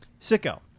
Sicko